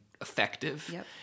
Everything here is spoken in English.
effective